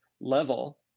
level